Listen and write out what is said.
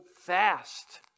fast